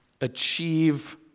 achieve